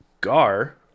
Gar